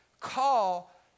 call